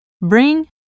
bring